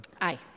Aye